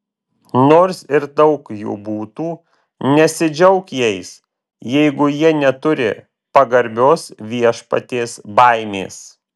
nors ir daug jų būtų nesidžiauk jais jeigu jie neturi pagarbios viešpaties baimės